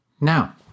Now